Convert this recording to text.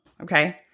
Okay